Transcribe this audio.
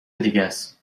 دیگس